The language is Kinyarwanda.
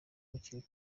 hakiri